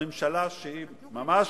הממשלה שממש